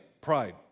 pride